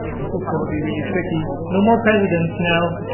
this is going to be really tricky. no more presidents now.